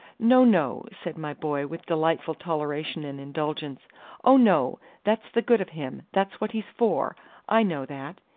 no, no, said my boy, with delightful toleration and indulgence oh, no that's the good of him that's what he's for i know that.